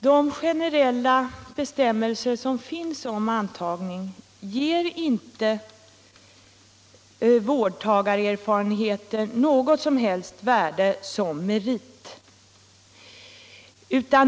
Herr talman! De generella bestämmelser om antagning som finns ger inte vårdtagarerfarenheter något som helst värde som merit.